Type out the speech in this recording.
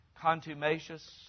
contumacious